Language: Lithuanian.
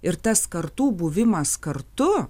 ir tas kartų buvimas kartu